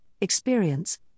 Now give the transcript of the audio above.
experience